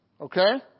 Okay